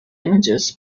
images